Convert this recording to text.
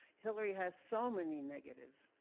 hillary has so many negatives.